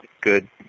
good